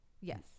Yes